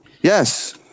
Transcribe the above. Yes